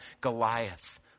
Goliath